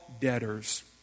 debtors